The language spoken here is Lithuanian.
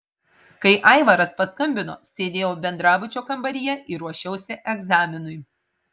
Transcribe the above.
kai aivaras paskambino sėdėjau bendrabučio kambaryje ir ruošiausi egzaminui